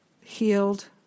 healed